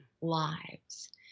lives